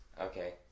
okay